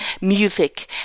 music